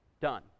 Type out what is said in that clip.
Done